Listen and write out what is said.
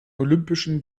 olympischen